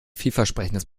vielversprechendes